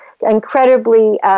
incredibly